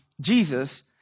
Jesus